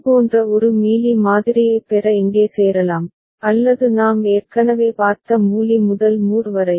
இதுபோன்ற ஒரு மீலி மாதிரியைப் பெற இங்கே சேரலாம் அல்லது நாம் ஏற்கனவே பார்த்த மூலி முதல் மூர் வரை